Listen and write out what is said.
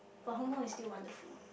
but Hong-Kong is still wonderful